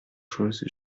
chose